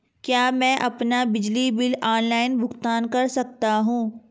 क्या मैं अपना बिजली बिल ऑनलाइन भुगतान कर सकता हूँ?